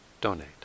donate